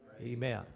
Amen